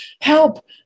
help